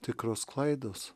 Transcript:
tikros klaidos